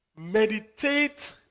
Meditate